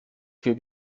für